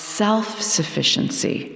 self-sufficiency